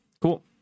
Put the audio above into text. cool